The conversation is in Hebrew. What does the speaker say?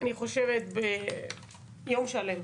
אני חושבת, ביום שלם.